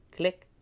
click,